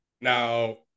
now